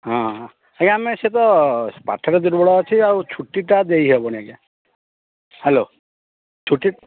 ହଁ ଆଜ୍ଞା ଆମେ ସେତ ପାଠରେ ଦୁର୍ବଳ ଅଛି ଆଉ ଛୁଟିଟା ଦେଇ ହେବନି ଆଜ୍ଞା ହ୍ୟାଲୋ ଛୁଟି